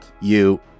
You-